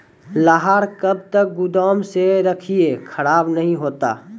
लहार कब तक गुदाम मे रखिए खराब नहीं होता?